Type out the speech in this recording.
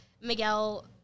Miguel